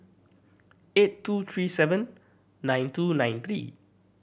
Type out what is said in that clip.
eight two three seven nine two nine three